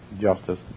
justice